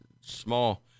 small –